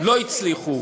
שלא הצליחו.